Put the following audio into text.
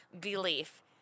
belief